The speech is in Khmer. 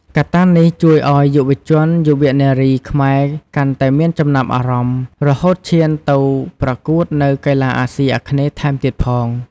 កត្តានេះជួយធ្វើឱ្យយុរជន យុវនារីខ្មែរកាន់តែមានចំណាប់អារម្មណ៍ រហូតឈានទៅប្រកួតនៅកីឡាអាសុីអាគ្នេយ៍ថែមទៀតផង។